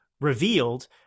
revealed